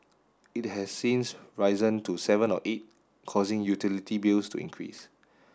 it has since risen to seven or eight causing utility bills to increase